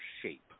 shape